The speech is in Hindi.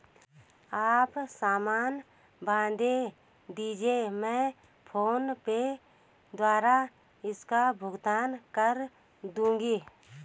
आप सामान बांध दीजिये, मैं फोन पे द्वारा इसका भुगतान कर दूंगी